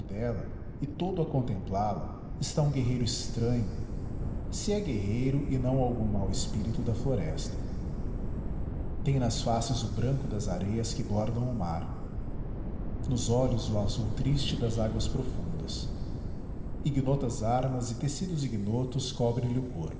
dela e todo a contemplá-la está um guerreiro estranho se é guerreiro e não algum mau espírito da floresta tem nas faces o branco das areias que bordam o mar nos olhos o azul triste das águas profundas ignotas armas e tecidos ignotos cobrem lhe o corpo